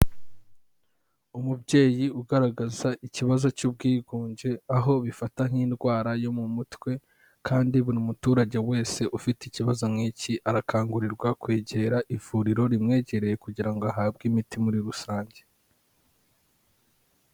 Umubyeyi ugaragaza ikibazo cy'ubwigunge, aho bifata nk'indwara yo mu mutwe kandi buri muturage wese ufite ikibazo nk'iki arakangurirwa kwegera ivuriro rimwegereye kugira ngo ahabwe imiti muri rusange.